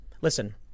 Listen